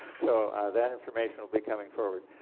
so that information will be coming forward.